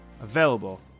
available